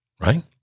Right